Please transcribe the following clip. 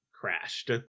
crashed